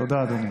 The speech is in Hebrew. תודה, אדוני.